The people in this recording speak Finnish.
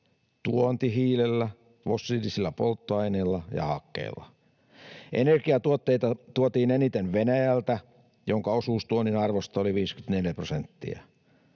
tuontihiilellä, fossiilisilla polttoaineilla ja hakkeella. Energiatuotteita tuotiin eniten Venäjältä, minkä osuus tuonnin arvosta oli 54 prosenttia.